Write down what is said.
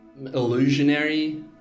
illusionary